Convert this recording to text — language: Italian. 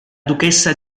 duchessa